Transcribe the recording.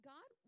God